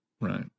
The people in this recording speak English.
right